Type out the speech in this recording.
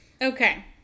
Okay